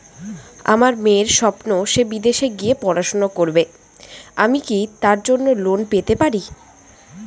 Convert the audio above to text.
আমার মেয়ের স্বপ্ন সে বিদেশে গিয়ে পড়াশোনা করবে আমি কি তার জন্য লোন পেতে পারি?